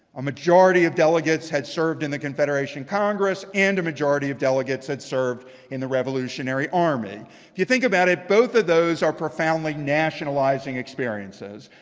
a majority of delegates had served in the confederation congress. and a majority of delegates had served in the revolutionary army. if you think about it, both of those are profoundly nationalizing experiences.